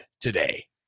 today